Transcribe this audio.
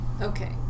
Okay